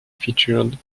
featured